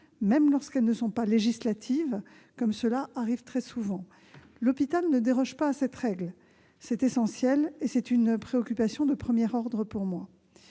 même lorsqu'elles ne sont pas législatives, comme cela arrive très souvent. L'hôpital ne déroge pas à cette règle, qui est essentielle et constitue pour moi une préoccupation de premier ordre.